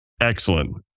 Excellent